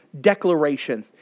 declaration